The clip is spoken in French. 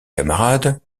camarade